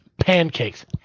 Pancakes